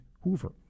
Hoover